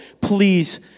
please